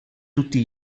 tutti